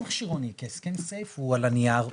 הסכם סייף הוא על הנייר,